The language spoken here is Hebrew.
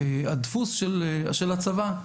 הדפוס של הצבא,